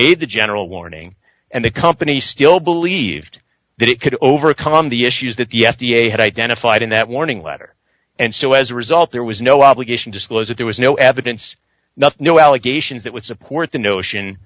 made the general warning and the company still believed that it could overcome the issues that the f d a had identified in that warning letter and so as a result there was no obligation disclose that there was no evidence nothing new allegations that would support the notion